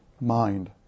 mind